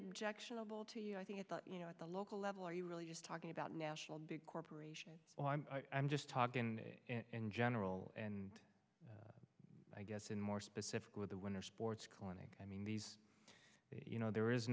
objectionable to you i think i thought you know at the local level are you really just talking about national big corporations i'm just talking in general and i guess in more specific with the winter sports clinic i mean these you know there is